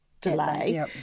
delay